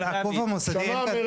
אבל הגוף המוסדי אין כאן,